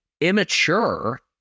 immature